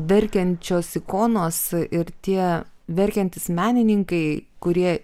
verkiančios ikonos ir tie verkiantys menininkai kurie